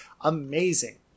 amazing